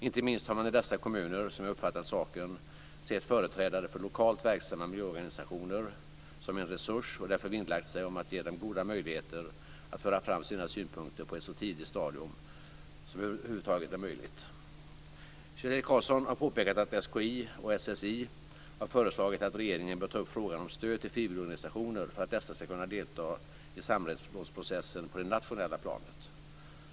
Inte minst har man i dessa kommuner, som jag uppfattat saken, sett företrädare för lokalt verksamma miljöorganisationer som en resurs och därför vinnlagt sig om att ge dem goda möjligheter att föra fram sina synpunkter på ett så tidigt stadium som över huvud taget är möjligt. Kjell-Erik Karlsson har påpekat att SKI och SSI har föreslagit att regeringen bör ta upp frågan om stöd till frivilligorganisationer för att dessa ska kunna delta i samrådsprocessen på det nationella planet.